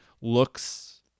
looks